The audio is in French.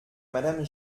madame